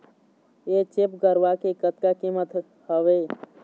HF गरवा के कतका कीमत हवए?